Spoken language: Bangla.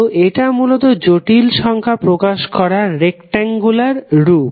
তো এটা মূলত জটিল সংখ্যা প্রকাশ করার রেকট্যাংগুলার রূপ